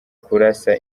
kurasa